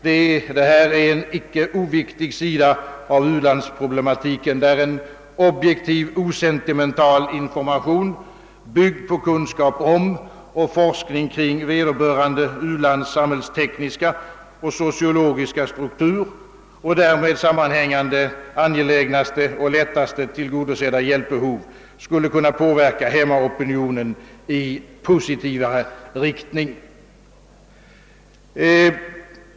Detta är en icke oviktig sida av u-landsproblematiken, där en objektiv, osentimental information, byggd på kunskap om och forskning kring vederbörande u-lands samhällstekniska och sociologiska struktur och därmed sammanhängande angelägnaste och lättast tillgodosedda hjälpbehov, skulle kunna påverka hemmaopinionen i positivare riktning.